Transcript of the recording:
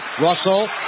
Russell